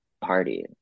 party